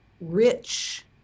rich